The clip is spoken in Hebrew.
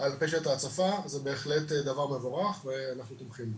על פשט ההצפה זה בהחלט דבר מבורך ואנחנו תומכים בו.